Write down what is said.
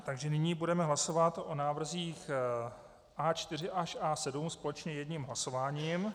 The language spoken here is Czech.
Takže nyní budeme hlasovat o návrzích A4 až A7 společně jedním hlasováním.